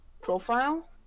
profile